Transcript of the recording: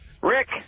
Rick